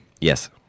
Yes